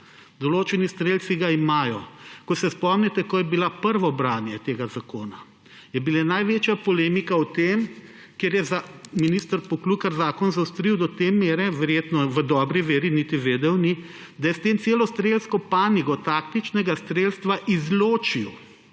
Določeni strelci ga imajo. Če se spomnite, ko je bilo prvo branje tega zakona, je bila največja polemika o tem, kjer je minister Poklukar zakon zaostril do te mere, verjetno v dobri meri, niti vedel ni, da je s tem celo strelsko panogo taktičnega strelstva izločil